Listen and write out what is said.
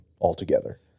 altogether